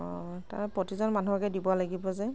আ প্ৰতিজন মানুহকে দিব লাগিব যে